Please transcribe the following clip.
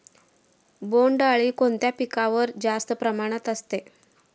बोंडअळी कोणत्या पिकावर जास्त प्रमाणात असते?